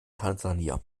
tansania